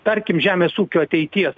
tarkim žemės ūkio ateities